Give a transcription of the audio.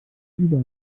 über